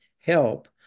help